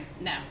No